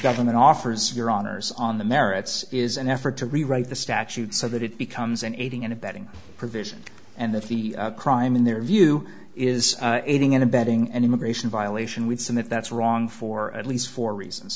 government offers your honour's on the merits is an effort to rewrite the statute so that it becomes an aiding and abetting provision and that the crime in their view is aiding and abetting an immigration violation we've seen that that's wrong for at least four reasons